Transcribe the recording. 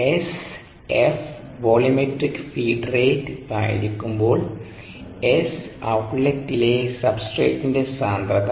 S F volumetric feed rate ആയിരിക്കുമ്പോൾ S ഔട്ട്ലെറ്റ്ലെ സബ്സ്ട്രേറ്റിന്റെ സാന്ദ്രത